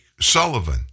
Sullivan